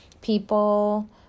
people